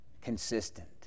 consistent